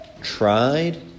tried